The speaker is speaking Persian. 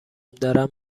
دارم